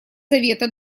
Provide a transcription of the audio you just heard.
совета